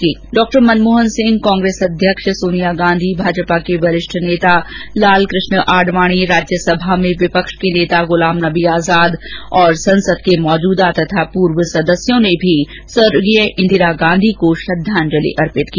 पूर्व प्रधानमंत्री डॉक्टर मनमोहन सिंह कांग्रेस अध्यक्ष सोनिया गांधी भाजपा के वरिष्ठ नेता लालकृष्ण आडवाणी राज्यसभा में विपक्ष के नेता गुलाम नबी आजाद और संसद के मौजूदा तथा पूर्व सदर्स्यो ने भी स्वर्गीय इंदिरा गांधी को श्रद्धांजलि अर्पित की